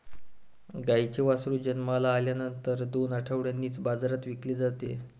गाईचे वासरू जन्माला आल्यानंतर दोन आठवड्यांनीच बाजारात विकले जाते